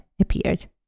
appeared